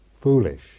foolish